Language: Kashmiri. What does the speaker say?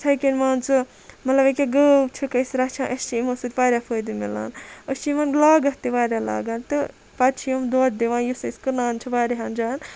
اِتھے کٔنۍ مان ژٕ مَطلَب اکیاہ گٲو چھِکھ رَچھان أسۍ چھِ یِمو سۭتۍ واریاہ فٲیدٕ مِلان أسۍ چھِ یِمَن لاگَتھ تہِ واریاہ لاگان تہٕ پَتہِ چھِ یِم دۄد دِوان یُس أسۍ کٕنان چھِ واریَہَن جایَن